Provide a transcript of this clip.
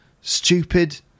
stupid